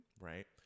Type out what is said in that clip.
right